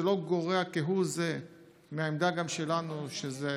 זה לא גורע כהוא זה מהעמדה שלנו שזו